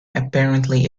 apparently